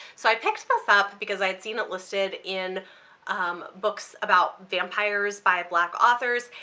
so i picked this up because i had seen it listed in um books about vampires by black authors,